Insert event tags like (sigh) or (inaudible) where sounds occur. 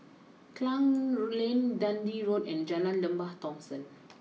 Klang (unintelligible) Lane Dundee Road and Jalan Lembah Thomson